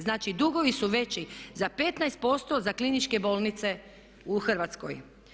Znači, dugovi su veći za 15% za kliničke bolnice u Hrvatskoj.